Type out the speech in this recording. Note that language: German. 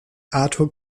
artur